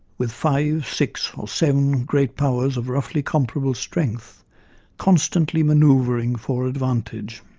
with five, six or seven great powers of roughly comparable strength constantly manoeuvring for advantage.